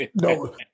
No